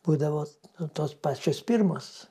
būdavo tos pačios pirmos